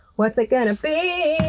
what's it gonna beeee?